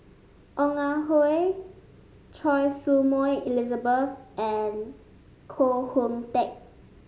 Ong Ah Hoi Choy Su Moi Elizabeth and Koh Hoon Teck